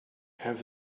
have